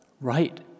right